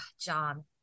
John